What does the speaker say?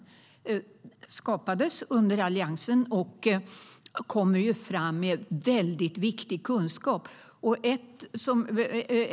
Det skapades under Alliansen, och de tar fram väldigt viktig kunskap.